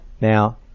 Now